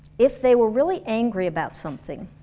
if they were really angry about something,